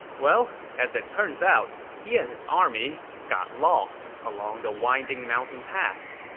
well, as it turns out, he and his army got lost along the winding mountain paths.